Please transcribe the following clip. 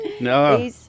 No